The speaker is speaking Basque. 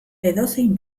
edozein